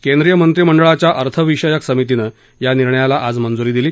केंद्रीय मंत्रिमंडळाच्या अर्थविषयक समितीनं या निर्णयाला आज मंजुरी दिली